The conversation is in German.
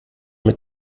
mit